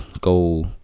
go